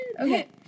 Okay